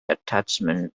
attachment